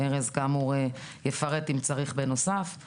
ארז יפרט בנוסף אם צריך.